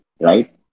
right